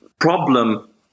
problem